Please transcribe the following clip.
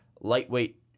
Lightweight